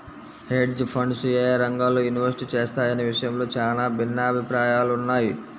hedge funds యేయే రంగాల్లో invest చేస్తాయనే విషయంలో చానా భిన్నాభిప్రాయాలున్నయ్